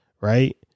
right